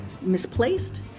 misplaced